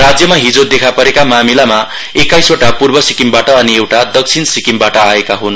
राज्यमा हिजो देखापरेका मामिलामा एक्काइसवटा पूर्व सिक्किमबाट अनि एउटा दक्षिण सिक्किमबाट आएका हन्